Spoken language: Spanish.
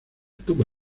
tuvo